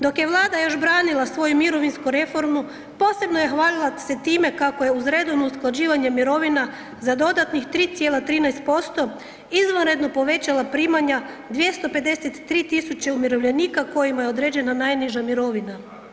Dok je Vlada još branila svoju mirovinsku reformu posebno je hvalila se time kako je uz redovno usklađivanje mirovina za dodatnih 3,13% izvanredno povećala primanja 253 000 umirovljenika kojima je određena najniža mirovina.